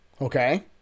okay